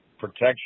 protection